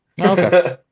Okay